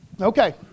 Okay